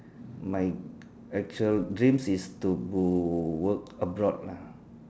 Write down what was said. my actual dreams is to work abroad lah